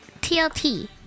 TLT